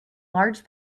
large